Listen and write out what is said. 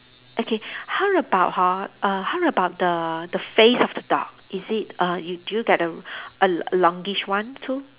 okay how about hor err how about the the face of the dog is it uh do you get a a longish one too